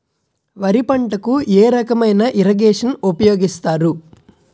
వరి పంటకు ఏ రకమైన ఇరగేషన్ ఉపయోగిస్తారు?